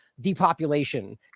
depopulation